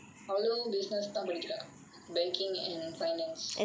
அவளும்:avalum business தான் படிக்கிற:thaan padikkira banking and finance